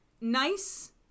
nice